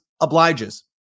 obliges